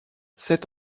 sept